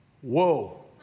whoa